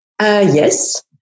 Yes